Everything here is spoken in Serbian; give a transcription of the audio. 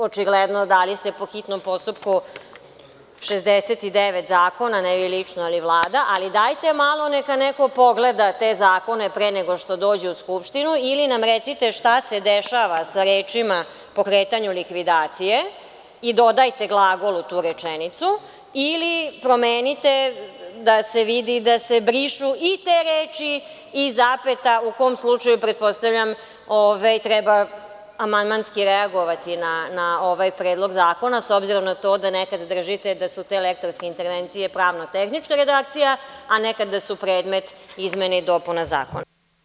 Očigledno, dali ste po hitnom postupku 69 zakona, ne vi lično, ali Vladi, ali dajte malo neka neko pogleda te zakone pre nego što dođu u Skupštinu ili nam recite šta se dešava sa rečima „pokretanju likvidacije“ i dodajte glagol u tu rečenicu ili promenite da se vidi da se brišu i te reči i zapeta u tom slučaju pretpostavljam treba amandmanski reagovati na ovaj Predlog zakona s obzirom, na to da nekad držite da su te lektorske intervencije pravno-tehničke redakcija, a nekada su predmet izmena i dopuna zakona.